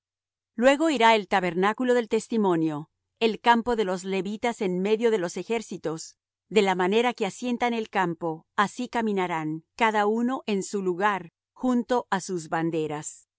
luego irá el tabernáculo del testimonio el campo de los levitas en medio de los ejércitos de la manera que asientan el campo así caminarán cada uno en su lugar junto á sus banderas